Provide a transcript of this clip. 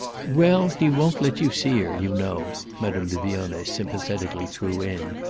well, he won't let you see her, you know, madame de vionnet sympathetically threw in.